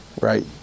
right